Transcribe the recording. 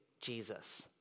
Jesus